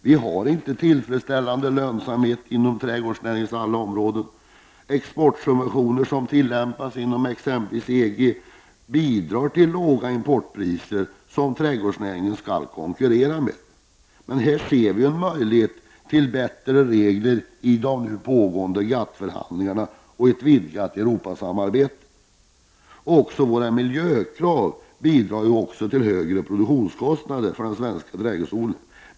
Vi har inte tillfredsställande lönsamhet inom trädgårdsnäringens alla områden. Exportsubventioner som tillämpas inom exempelvis EG bidrar till låga importpriser, vilka trädgårdsnäringen skall konkurrera med. Men här ser vi en möjlighet att få bättre regler i de pågående GATT-förhandlingarna och i ett vidgat Också våra miljökrav bidrar till högre produktionskostnader för svenska trädgårdsodlare.